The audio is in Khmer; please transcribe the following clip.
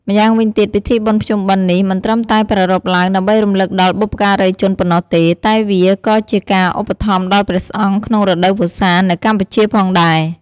ម្យ៉ាងវិញទៀតពិធីបុណ្យភ្ជុំបិណ្ឌនេះមិនត្រឹមតែប្រារព្ធឡើងដើម្បីរំឮកដល់បុព្វការីជនប៉ុណ្ណោះទេ តែវាក៏ជាការឧបត្ថម្ភដល់ព្រះសង្ឃក្នុងរដូវវស្សានៅកម្ពុជាផងដែរ។